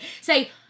Say